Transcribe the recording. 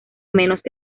menos